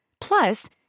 Plus